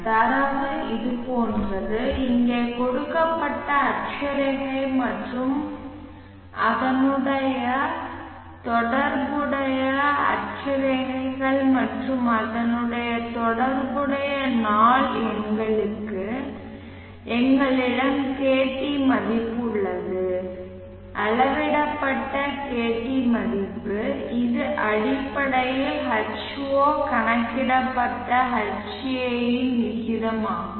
தரவு இது போன்றது இங்கே கொடுக்கப்பட்ட அட்சரேகை மற்றும் அதனுடன் தொடர்புடைய அட்சரேகைகள் மற்றும் அதனுடன் தொடர்புடைய நாள் எண்களுக்கு எங்களிடம் kt மதிப்பு உள்ளது அளவிடப்பட்ட kt மதிப்பு இது அடிப்படையில் H0 கணக்கிடப்பட்ட Ha இன் விகிதமாகும்